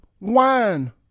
wine